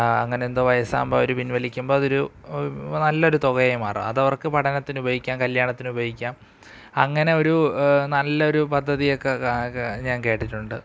അങ്ങനെന്തോ വയസ്സാകുമ്പോൾ അവർ പിൻവലിക്കുമ്പോൾ അതൊരു നല്ലൊരു തുകയായി മാറും അതവർക്കു പഠനത്തിനുപയോഗിക്കാം കല്ല്യാണത്തിനുപയോഗിക്കാം അങ്ങനെ ഒരു നല്ലൊരു പദ്ധതിയൊക്കെ കാ ഞാൻ കേട്ടിട്ടുണ്ട്